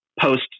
post